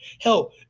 Hell